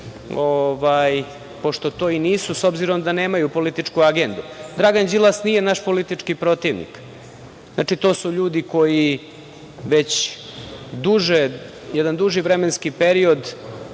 pošto to i nisu, s obzirom da nemaju političku agendu. Dragan Đilas nije naš politički protivnik. Znači, to su ljudi koji se već jedan duži vremenski period